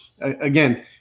again